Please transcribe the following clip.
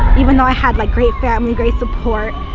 even though i had like great family, great support,